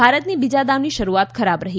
ભારતની બીજા દાવની શરૂઆત ખરાબ રહી